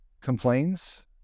complains